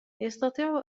يستطيع